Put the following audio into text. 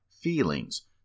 feelings